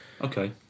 Okay